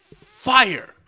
fire